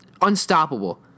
Unstoppable